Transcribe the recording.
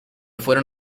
fueron